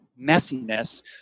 messiness